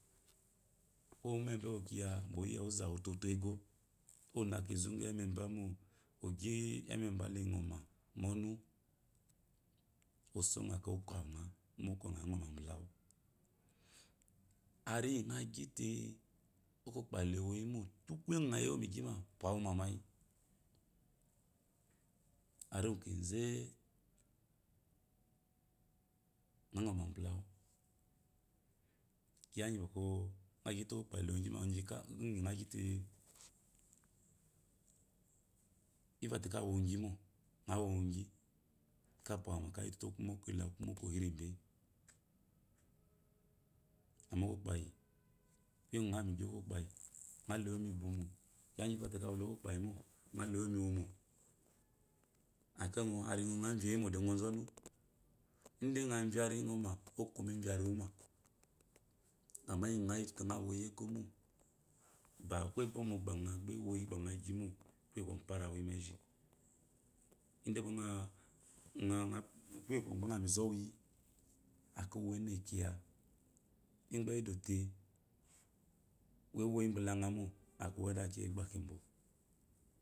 Ko umebe ewokiya oyiya oza wu ototwego onakezu gu emebamo ogyi emeba lingo ma baɔnu osongo akayi umoko ɔgɔma bdawu anyi ngo gyite okokpayi lewoyi mo tu kuye gu ngo yewu mi gyigyi ma pwawume mayi arikee ngo ngomebebe wu kiya gyi ngo gyite okokpayile gyi mo awn gyi ngo gyite ifote ka wowughhy nga woamngyte ka pwawuma kayitute umokole aku yi migyi okokpayi kuye gu ngo yi mugyi okopany ngo le wo nuibuwo kiya gyiafote kawo le okokpayi mo ngɔ le wo miwomo akeyi aringo ngo vyeyimo da ngo ɔzɔnu de ngo vye ani ngoma okoma evye aniwuma amma iyi ngoyitute ngowoyi egomo ba ko ebo mogba nga gbe ewoyi ide kuma ungo kuye gu ngo yi me zomuyi akeyi uwu enekiya ngba edote emoyi balanga mo uwa enekiya egbakebo